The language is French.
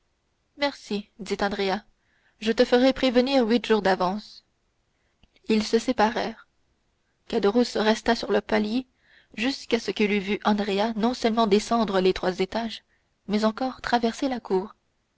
merci dit andrea je te ferai prévenir huit jours d'avance ils se séparèrent caderousse resta sur le palier jusqu'à ce qu'il eût vu andrea non seulement descendre les trois étages mais encore traverser la cour